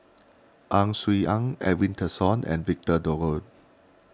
Ang Swee Aun Edwin Tessensohn and Victor Doggett